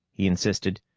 he insisted.